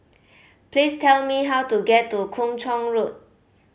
please tell me how to get to Kung Chong Road